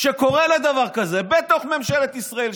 שקורא לדבר כזה בתוך ממשלת ישראל,